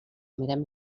mirem